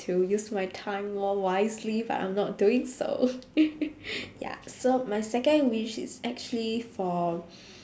to use my time more wisely but I'm not doing so ya so my second wish is actually for